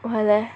!wah! leh